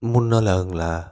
மூணு நாள் ஆகும்ங்களா